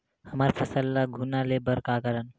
हमर फसल ल घुना ले बर का करन?